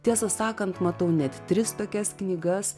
tiesą sakant matau net tris tokias knygas